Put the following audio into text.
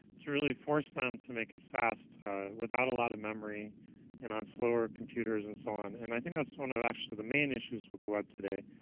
to really force them to make it fast without a lot of memory and on slower computers and so on. and i think that's one of actually the main issues with the web today.